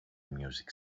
music